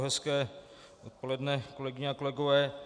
Hezké odpoledne, kolegyně a kolegové.